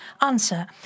Answer